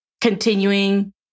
continuing